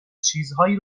چیزایی